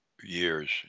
years